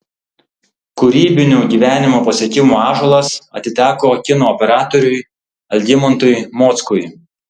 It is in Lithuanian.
kūrybinių gyvenimo pasiekimų ąžuolas atiteko kino operatoriui algimantui mockui